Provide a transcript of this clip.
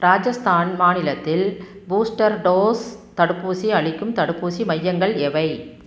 ராஜஸ்தான் மாநிலத்தில் booster dose தடுப்பூசி அளிக்கும் தடுப்பூசி மையங்கள் எவை